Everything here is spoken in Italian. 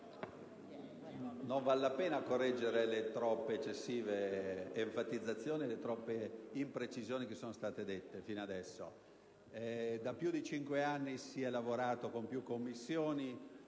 non vale la pena correggere le troppe ed eccessive enfatizzazioni ed imprecisioni che sono state fatte fino adesso. Da più di cinque anni si è lavorato, con più Commissioni,